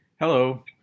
Hello